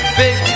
big